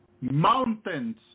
Mountains